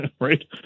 right